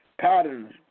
patterns